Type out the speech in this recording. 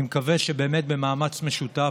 אני מקווה שבאמת במאמץ משותף,